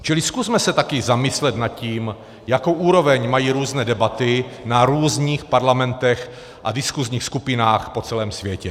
Čili zkusme se taky zamyslet nad tím, jakou úroveň mají různé debaty na různých parlamentech a diskusních skupinách po celém světě.